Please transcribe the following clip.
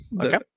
Okay